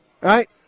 right